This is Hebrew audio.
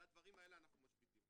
על הדברים האלה אנחנו משביתים.